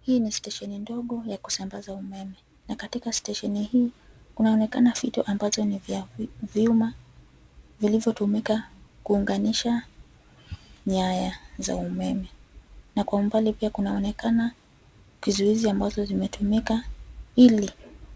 Hii ni stesheni ndogo ya kusambaza umeme, na katika stesheni hii, kunaonekana fito ambazo ni vya vyuma, vilivyotumika kuunganisha nyaya za umeme. Na kwa umbali pia kunaonekana kizuizi ambazo zimetumika, ili